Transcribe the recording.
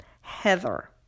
Heather